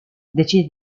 decide